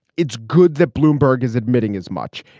it's good that bloomberg is admitting as much.